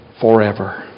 forever